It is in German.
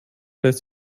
lässt